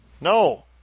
No